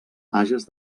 hages